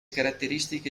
caratteristiche